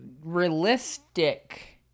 realistic